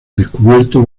descubierto